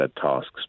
tasks